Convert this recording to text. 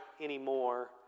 anymore